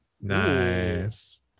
Nice